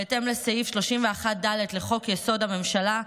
בהתאם לסעיף 31(ד) לחוק-יסוד: הממשלה,